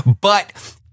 but-